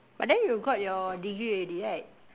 but then you got your degree already right